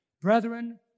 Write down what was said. Brethren